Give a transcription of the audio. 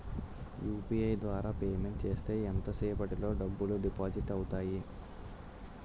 UPI ద్వారా payment చేస్తే ఎంత సేపటిలో డబ్బులు డిపాజిట్ అవుతాయి?